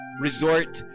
resort